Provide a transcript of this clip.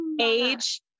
age